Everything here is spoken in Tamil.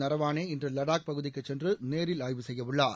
நரவானே இன்று வடாக் பகுதிக்குச் சென்று நேரில் ஆய்வு செய்யவுள்ளார்